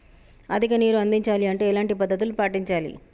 అధిక నీరు అందించాలి అంటే ఎలాంటి పద్ధతులు పాటించాలి?